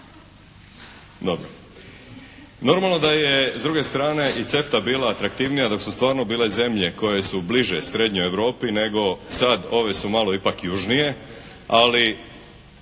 Dobro. Normalno da je s druge strane i CEFTA bila atraktivnija dok su stvarno bile zemlje koje su bliže srednjoj Europi nego sad, ove su malo ipak južnije. Ali